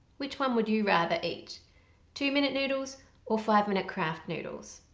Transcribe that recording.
which one would you rather eat two-minute noodles or five minute craft noodles?